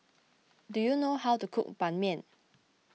do you know how to cook Ban Mian